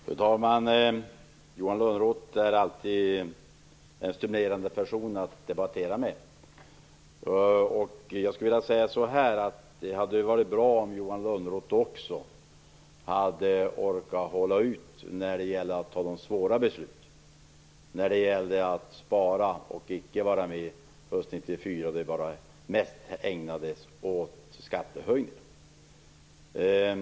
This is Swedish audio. Fru talman! Johan Lönnroth är alltid en stimulerande person att debattera med. Jag skulle vilja säga att det hade varit bra om Johan Lönnroth hade orkat hålla ut när det gäller att ta de svåra besluten, att spara och inte bara göra som hösten 1994 då det mest ägnades år skattehöjningar.